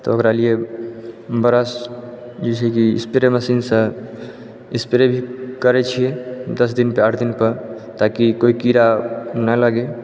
तऽ ओकरा लिए बड़ा जे छै कि इस्प्रे मशीनसँ इस्प्रे भी करै छिए दस दिनपर आठ दिनपर ताकि कोइ कीड़ा नहि लगै